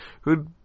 who'd